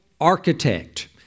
architect